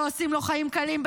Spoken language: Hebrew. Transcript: לא עושים לו חיים קלים,